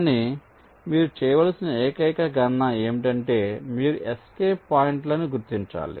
కానీ మీరు చేయవలసిన ఏకైక గణన ఏమిటంటే మీరు ఎస్కేప్ పాయింట్లను గుర్తించాలి